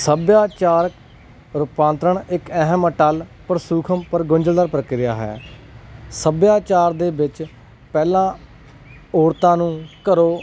ਸੱਭਿਆਚਾਰ ਰੂਪਾਂਤਰਣ ਇੱਕ ਅਹਿਮ ਅਟੱਲ ਪਰ ਸੂਖਮ ਪਰ ਗੁੰਝਲਦਾਰ ਪ੍ਰਕਿਰਿਆ ਹੈ ਸੱਭਿਆਚਾਰ ਦੇ ਵਿੱਚ ਪਹਿਲਾਂ ਔਰਤਾਂ ਨੂੰ ਘਰੋਂ